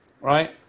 Right